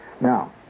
Now